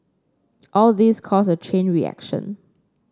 all these cause a chain reaction